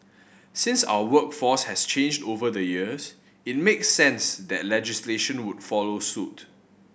since our workforce has changed over the years it makes sense that legislation would follow suit